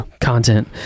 content